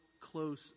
close